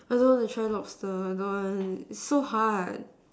I don't want to try lobster I don't want it's so hard